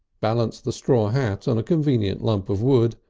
balanced the straw hat on a convenient lump of wood,